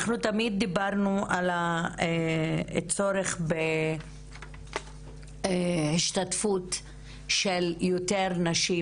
אנחנו תמיד דיברנו על הצורך בהשתתפות של יותר נשים